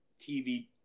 TV